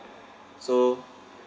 so